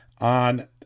on